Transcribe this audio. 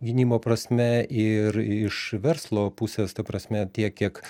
ginimo prasme ir iš verslo pusės ta prasme tiek kiek